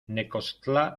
necoxtla